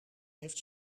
heeft